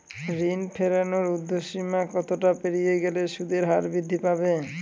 ঋণ ফেরানোর উর্ধ্বসীমা কতটা পেরিয়ে গেলে সুদের হার বৃদ্ধি পাবে?